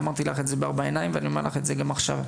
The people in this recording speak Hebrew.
אמרתי לך את זה בארבע עיניים ואני אומר לך את זה גם עכשיו,